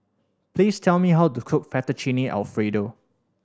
please tell me how to cook Fettuccine Alfredo